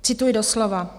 Cituji doslova: